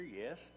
Yes